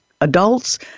adults